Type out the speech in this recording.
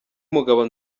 mugabo